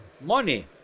Money